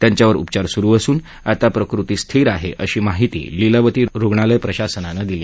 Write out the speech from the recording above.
त्यांच्यावर उपचार सुरू असून आता प्रकृती स्थिर आहे अशी माहिती लीलावती रुग्णालय प्रशासनानं दिली